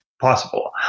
possible